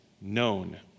known